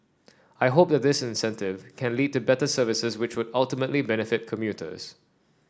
I hope this incentive can lead to better services which would ultimately benefit commuters